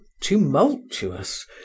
tumultuous